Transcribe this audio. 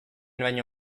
baino